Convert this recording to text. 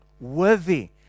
worthy